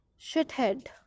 shithead